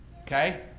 Okay